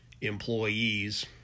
employees